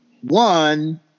one